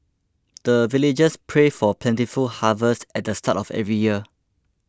the villagers pray for plentiful harvest at the start of every year